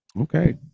Okay